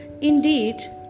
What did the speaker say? Indeed